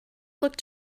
looked